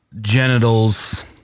genitals